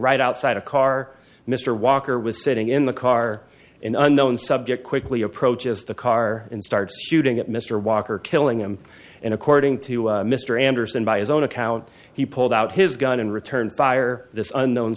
right outside a car mr walker was sitting in the car an unknown subject quickly approaches the car and starts shooting at mr walker killing him and according to mr anderson by his own account he pulled out his gun and returned fire this unknown